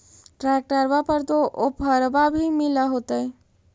ट्रैक्टरबा पर तो ओफ्फरबा भी मिल होतै?